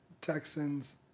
Texans